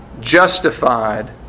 Justified